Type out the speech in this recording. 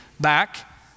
back